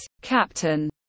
Captain